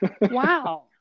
Wow